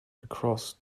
across